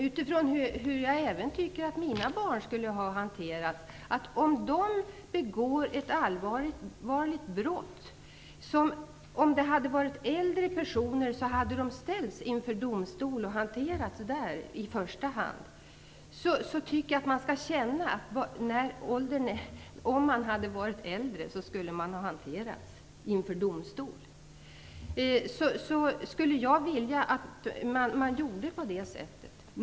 Utifrån hur jag tycker att mina barn skulle ha behandlats om de hade begått ett allvarligt brott tycker jag att barn borde behandlas på samma sätt som äldre, som ju skulle ställas inför domstol i första hand.